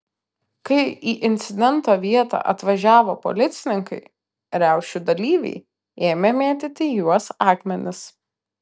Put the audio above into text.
kai į incidento vietą atvažiavo policininkai riaušių dalyviai ėmė mėtyti į juos akmenis